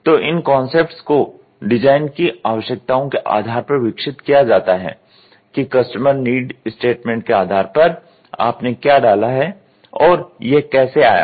तो इन कॉन्सेप्ट्स को डिजाइन की आवश्यकताओं के आधार पर विकसित किया जाता है कि कस्टमर नीड स्टेटमेंट के आधार पर आपने क्या डाला और यह कैसे आया